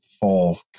full